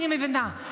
אני מבינה,